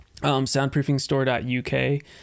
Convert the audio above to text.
Soundproofingstore.uk